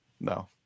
No